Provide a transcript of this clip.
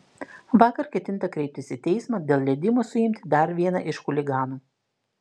vakar ketinta kreiptis į teismą dėl leidimo suimti dar vieną iš chuliganų